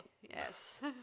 Yes